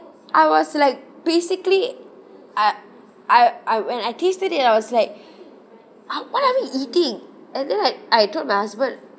I was like basically I I I when I tasted it I was like what are we eating and then like I told my husband